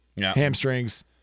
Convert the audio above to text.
hamstrings